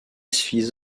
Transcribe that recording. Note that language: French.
fis